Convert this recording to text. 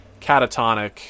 catatonic